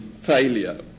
failure